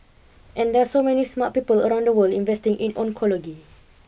and there are so many smart people around the world investing in oncology